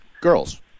girls